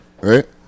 Right